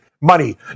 money